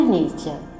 nature